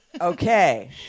Okay